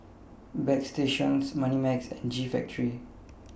Bagstationz Moneymax and G Factory